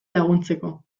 laguntzeko